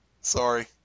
Sorry